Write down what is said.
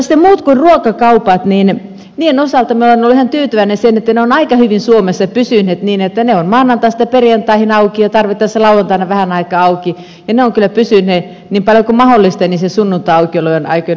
niiden osalta minä olen ollut ihan tyytyväinen siihen että ne ovat aika hyvin suomessa pysyneet niin että ne ovat maanantaista perjantaihin auki ja tarvittaessa lauantaina vähän aikaa auki ja ne ovat kyllä pysyneet niin paljon kuin mahdollista sunnuntain aukioloaikojen ulkopuolella